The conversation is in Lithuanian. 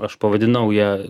aš aš pavadinau ją